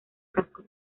casco